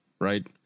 right